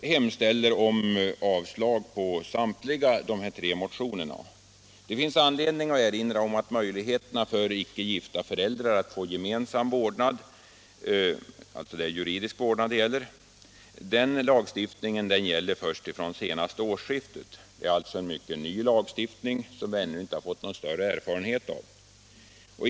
Utskottet yrkar avslag på samtliga tre motioner. Det finns anledning att erinra om att möjligheten för icke gifta föräldrar att få gemensam rättslig vårdnad tillkom först vid årsskiftet. Det är alltså en mycket ny lagstiftning, som vi ännu inte fått någon större erfarenhet av.